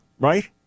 right